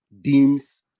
deems